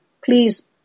Please